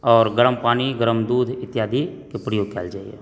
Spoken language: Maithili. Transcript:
आओर गरम पानी गरम दूध इत्यादि कऽ प्रयोग कयल जाइत यऽ